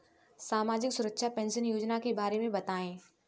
सामाजिक सुरक्षा पेंशन योजना के बारे में बताएँ?